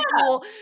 cool